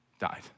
died